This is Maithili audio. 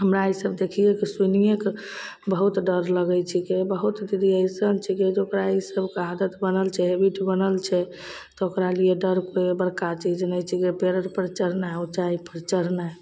बहमरा ईसब देखिएके सुनिएके बहुत डर लगै छिकै बहुत दीदी अइसन छिकै कि ओकरा ईसबके आदत बनल छै हैबिट बनल छै तऽ ओकरालिए डर कोइ बड़का चीज नहि छिकै पेड़ आरपर चढ़नाइ उँचाइपर चढ़नाइ